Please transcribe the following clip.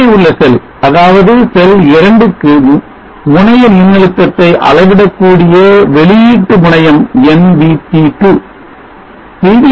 கீழே உள்ள செல் அதாவது செல் 2 க்கு முனைய மின்னழுத்தத்தை அளவிடக்கூடிய வெளியீட்டு முனையம் nVt2